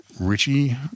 Richie